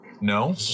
No